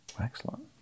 Excellent